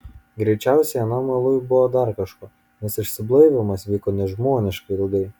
greičiausiai anam aluj buvo dar kažko nes išsiblaivymas vyko nežmoniškai ilgai